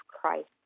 Christ